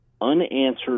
unanswered